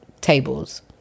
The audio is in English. tables